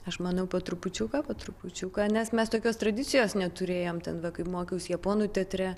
aš manau po trupučiuką po trupučiuką nes mes tokios tradicijos neturėjom ten va kai mokiaus japonų teatre